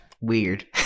weird